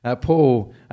Paul